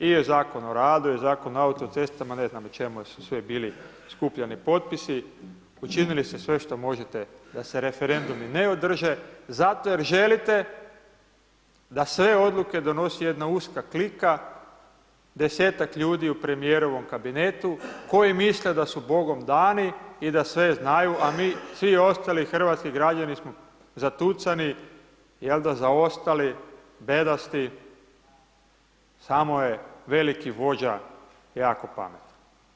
I Zakon o radu, i Zakon o autocestama, ne znam o čemu su sve bili skupljani potpisi, učinili ste sve što možete da se referendumi ne održe, zato jer želite da sve odluke donosi jedna uska klika, desetak ljudi u premijerovom kabinetu koji misle da su bogom dani i da sve znaju, a mi, svi ostali hrvatski građani smo zatucani, jel' da, zaostali, bedasti, samo je veliki vođa jako pametan.